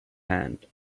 hand